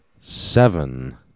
seven